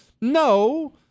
no